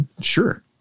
sure